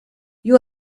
you